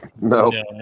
No